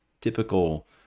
typical